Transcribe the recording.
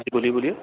जी बोलिए बोलिए